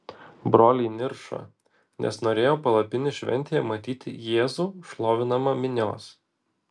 broliai niršo nes norėjo palapinių šventėje matyti jėzų šlovinamą minios